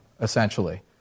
essentially